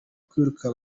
kwiruka